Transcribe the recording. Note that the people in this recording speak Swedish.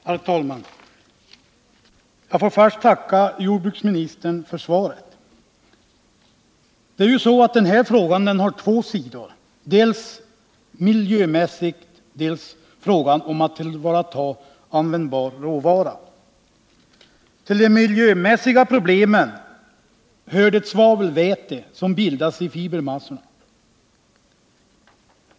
Herr talman! Jag får först tacka jordbruksministern för svaret. Den här frågan har två sidor. Dels tar den upp ett miljömässigt problem, dels gäller den tillvaratagande av användbar råvara. Till det miljömässiga problemet hör det svavelväte som bildas i fibermassorna.